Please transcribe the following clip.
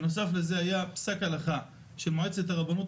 אני חושב שהיועץ המשפטי של --- לא הבנתי.